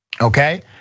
okay